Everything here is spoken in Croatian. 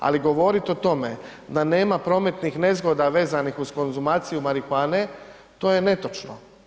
Ali govorit o tome da nema prometnih nezgoda vezanih uz konzumaciju marihuane, to je netočno.